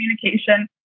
communication